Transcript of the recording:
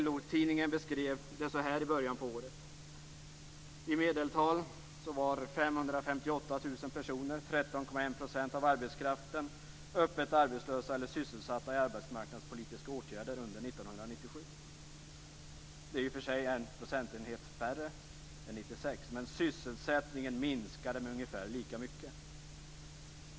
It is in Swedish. LO-tidningen beskrev det så här i början på året: I Det är i och för sig en procentenhet färre än under 1996, men sysselsättningen minskade med ungefär lika mycket.